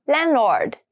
Landlord